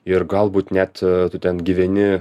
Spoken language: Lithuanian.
ir galbūt net tu ten gyveni